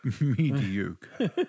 mediocre